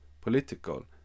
political